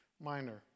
Minor